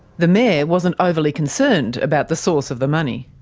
the mayor wasn't overly concerned about the source of the money.